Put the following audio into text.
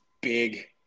big